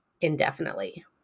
indefinitely